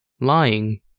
lying